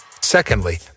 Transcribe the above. Secondly